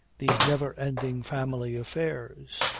these never-ending family affairs!